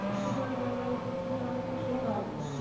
শীতল জলবায়ুতে কি ধরনের ফসল হয়?